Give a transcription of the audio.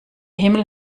himmel